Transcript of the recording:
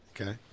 Okay